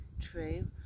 true